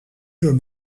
uur